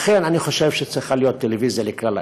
לכן אני חושב שצריכה להיות טלוויזיה לכלל האזרחים,